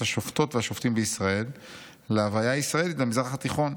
השופטות והשופטים בישראל להוויה הישראלית במזרח התיכון?